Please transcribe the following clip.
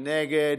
מי נגד?